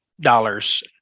dollars